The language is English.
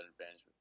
advantage